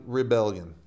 rebellion